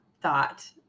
thought